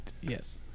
Yes